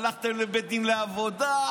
הלכתם לבית הדין לעבודה,